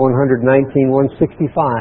119.165